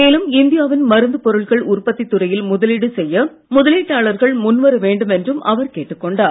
மேலும் இந்தியாவின் மருந்து பொருட்கள் உற்பத்தித்துறையில் முதலீடு செய்ய முதலீட்டாளர்கள் முன்வரவேண்டும் என்றும் அவர் கேட்டுக்கொண்டார்